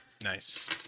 Nice